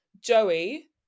Joey